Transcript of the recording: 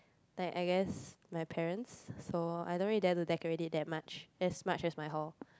like I guess my parents so I don't really dare to decorate it that much as much as my hall